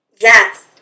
Yes